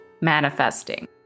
manifesting